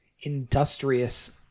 industrious